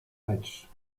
match